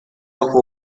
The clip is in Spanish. ojo